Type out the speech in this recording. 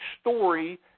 story